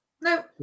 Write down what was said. No